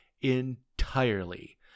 entirely